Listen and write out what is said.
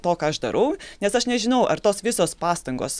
to ką aš darau nes aš nežinau ar tos visos pastangos